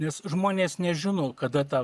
nes žmonės nežino kada tą